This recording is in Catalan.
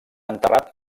enterrat